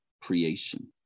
creation